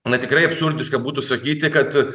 na tikrai absurdiška būtų sakyti kad